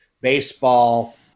baseball